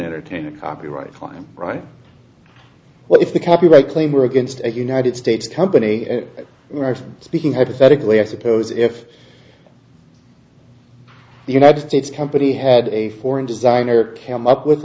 entertain a copyright time right what if the copyright claim were against a united states company and i was speaking hypothetically i suppose if the united states company had a foreign designer come up with